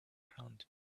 ground